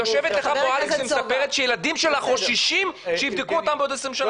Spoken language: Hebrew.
ויושבת לך פה אלכס ומספרת שהילדים שלה חוששים שיבדקו אותם בעוד 20 שנה.